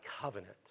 covenant